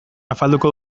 afalduko